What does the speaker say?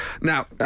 now